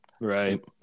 Right